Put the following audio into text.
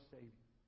Savior